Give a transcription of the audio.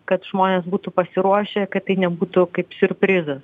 kad žmonės būtų pasiruošę kad tai nebūtų kaip siurprizas